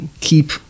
keep